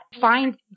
find